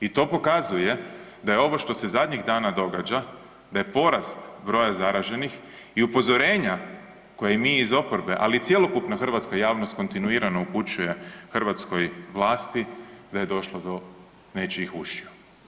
I to pokazuje da je ovo što se zadnjih dana događa, da je porast broja zaraženih i upozorenja koje mi iz oporbe, ali i cjelokupna hrvatska javnost kontinuirano upućuje hrvatskoj vlasti da je došlo do nečijih ušiju.